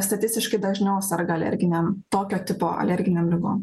statistiškai dažniau serga alerginėm tokio tipo alerginėm ligom